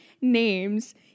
names